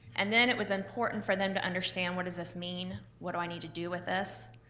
and then it was important for them to understand, what does this mean, what do i need to do with this.